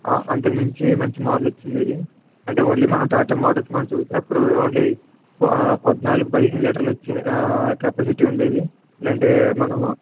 ఆ అంతకు మించి మంచి మోడల్ వచ్చింది ఇది అంటే ఓన్లీ మనం టాటా మోటార్స్ మనం చూసినప్పుడు ఓన్లీ ఆ పద్నాలుగు పదిహేను లీటర్లు వచ్చే ఆ కెపాసిటీ ఉండేది లేదంటే మనము